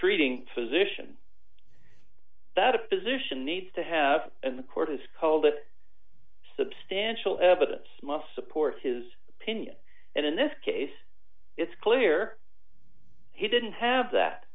treating physician that a physician needs to have the court has called it substantial evidence must support his opinion and in this case it's clear he didn't have that